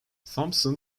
thompson